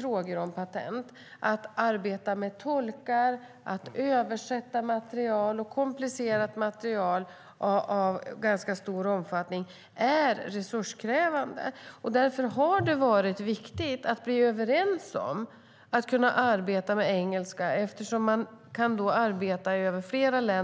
frågor om patent. Att arbeta med tolkar och att översätta material - komplicerat material av ganska stor omfattning - är resurskrävande. Därför har det varit viktigt att komma överens om att kunna arbeta på engelska eftersom man då kan arbeta över flera länder.